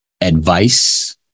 advice